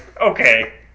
okay